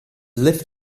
lift